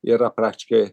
yra praktiškai